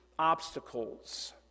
obstacles